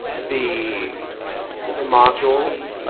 the the modules,